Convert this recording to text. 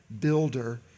builder